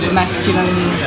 masculine